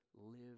live